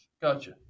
Gotcha